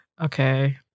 Okay